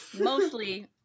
mostly